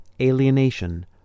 alienation